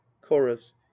chorus